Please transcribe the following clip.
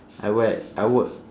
I work at I work